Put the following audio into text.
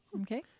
Okay